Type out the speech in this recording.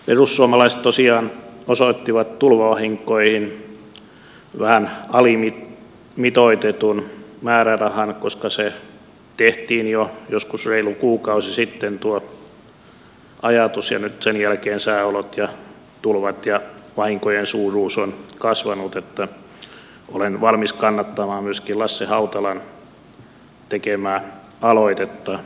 perussuomalaiset tosiaan osoittivat tulvavahinkoihin vähän alimitoitetun määrärahan koska se tehtiin jo joskus reilu kuukausi sitten tuo aloite ja nyt sen jälkeen sääolojen ja tulvien myötä vahinkojen suuruus on kasvanut niin että olen valmis kannattamaan myöskin lasse hautalan tekemää aloitetta